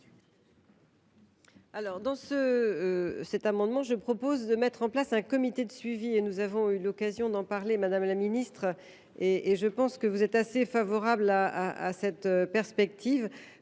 Par cet amendement, je propose de mettre en place un comité de suivi. Nous avons eu l’occasion d’en parler, madame la ministre, et je pense que vous êtes assez favorable à cette perspective.